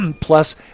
plus